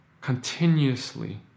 continuously